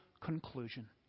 conclusion